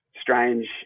strange